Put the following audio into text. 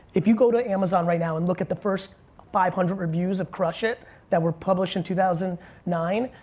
if you go to amazon right now and look at the first five hundred reviews of crush it that were published in two thousand and nine,